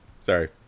Sorry